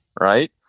Right